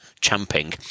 champing